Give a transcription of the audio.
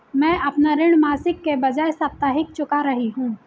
मैं अपना ऋण मासिक के बजाय साप्ताहिक चुका रही हूँ